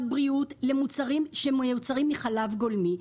בריאות למוצרים שמיוצרים מחלב גולמי,